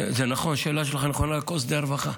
זה נכון, השאלה שלך נכונה בכל שדה הרווחה.